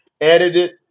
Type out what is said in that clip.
edited